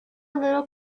little